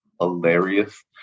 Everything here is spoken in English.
hilarious